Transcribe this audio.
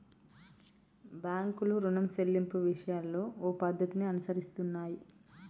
బాంకులు రుణం సెల్లింపు విషయాలలో ఓ పద్ధతిని అనుసరిస్తున్నాయి